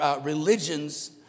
religions